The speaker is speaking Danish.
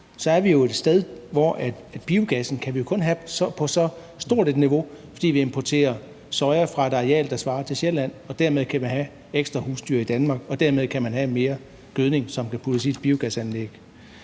er vi jo et sted, hvor vi kun kan have biogassen på så højt et niveau, fordi vi importerer soja fra et areal, der svarer til Sjælland, og dermed kan have ekstra husdyr i Danmark og dermed mere gødning, som kan puttes i et biogasanlæg.